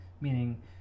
meaning